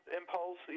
impulse